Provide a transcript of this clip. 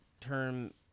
term